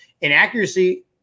inaccuracy